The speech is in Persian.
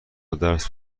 درس